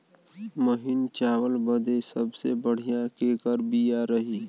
महीन चावल बदे सबसे बढ़िया केकर बिया रही?